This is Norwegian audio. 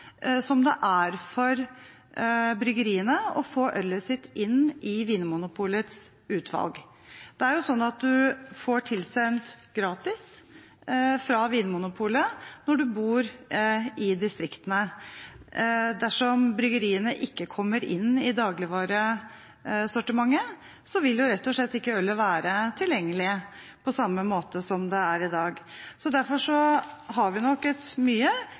som det er å få ølet sitt inn i Vinmonopolets utvalg. Det er jo sånn at man får tilsendt gratis fra Vinmonopolet når man bor i distriktene, og dersom bryggeriene ikke kommer inn i dagligvaresortimentet, vil jo rett og slett ikke ølet være tilgjengelig på samme måte som det er i dag. Så derfor har vi nok et mye